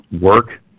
work